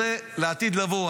זה לעתיד לבוא.